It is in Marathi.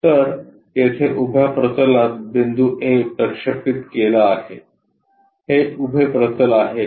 तर येथे उभ्या प्रतलात बिंदू ए प्रक्षेपित केला आहे हे उभे प्रतल आहे